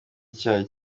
icyaha